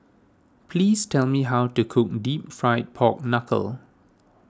please tell me how to cook Deep Fried Pork Knuckle